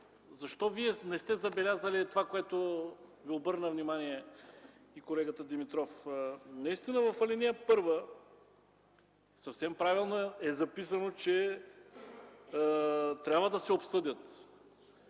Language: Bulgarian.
защо Вие не сте забелязали това, на което Ви обърна внимание колегата Димитров. Наистина в ал. 1 съвсем правилно е записано, че трябва да се обсъдят